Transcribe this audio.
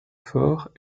fort